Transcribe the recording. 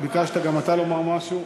ביקשת גם אתה לומר משהו.